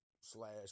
slash